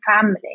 family